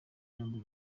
yombi